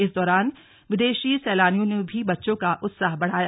इस दौरान विदेशी सैलानियों ने भी बच्चों का उत्साह बढ़ाया